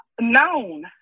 known